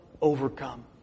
overcome